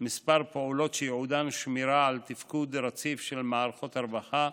כמה פעולות שייעודן שמירה על תפקוד רציף של מערכות הרווחה,